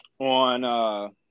on